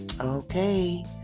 okay